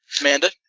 Amanda